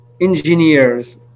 engineers